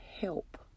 help